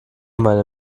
meine